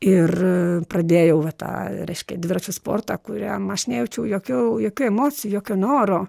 ir pradėjau va tą reiškia dviračių sportą kuriam aš nejaučiau jokių jokių emocijų jokio noro